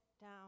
down